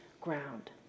ground